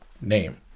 name